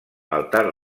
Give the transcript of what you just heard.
altar